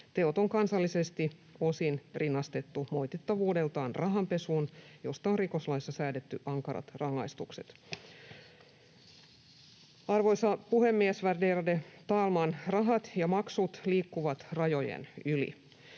Teot on kansallisesti osin rinnastettu moitittavuudeltaan rahanpesuun, josta on rikoslaissa säädetty ankarat rangaistukset. Arvoisa puhemies, värderade talman! Rahat ja maksut liikkuvat rajojen yli.